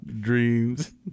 dreams